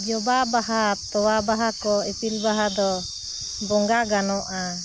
ᱡᱚᱵᱟ ᱵᱟᱦᱟ ᱛᱳᱣᱟ ᱵᱟᱦᱟ ᱠᱚ ᱤᱯᱤᱞ ᱵᱟᱦᱟ ᱫᱚ ᱵᱚᱸᱜᱟ ᱜᱟᱱᱚᱜᱼᱟ